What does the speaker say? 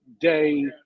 Day